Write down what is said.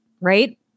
right